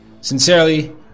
Sincerely